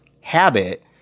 Habit